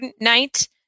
night